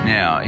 Now